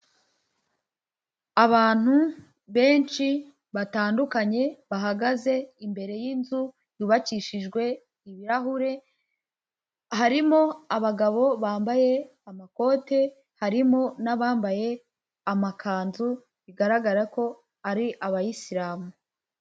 Abantu benshi batandukanye bahagaze imbere y'inzu yubakishijwe ibirahure, harimo abagabo bambaye amakote, harimo n'abambaye amakanzu, bigaragara ko ari abayisilamu.